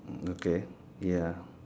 okay ya